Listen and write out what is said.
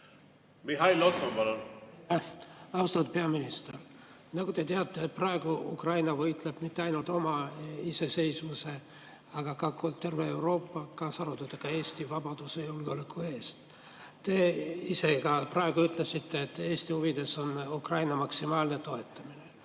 Mihhail Lotman, palun! Austatud peaminister! Nagu te teate, praegu Ukraina ei võitle mitte ainult oma iseseisvuse, vaid terve Euroopa, kaasa arvatud Eesti vabaduse ja julgeoleku eest. Te ise ka praegu ütlesite, et Eesti huvides on Ukraina maksimaalne toetamine.